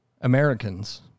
Americans